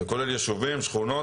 זה כולל יישובים, שכונות.